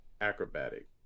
acrobatic